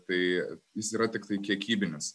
tai jis yra tiktai kiekybinis